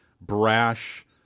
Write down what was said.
brash